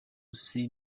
izi